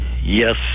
Yes